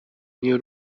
nie